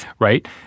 right